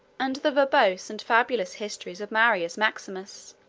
and the verbose and fabulous histories of marius maximus.